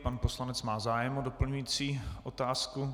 Pan poslanec má zájem o doplňující otázku.